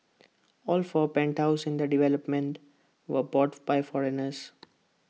all four penthouses in the development were bought by foreigners